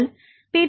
நீங்கள் பி